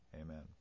Amen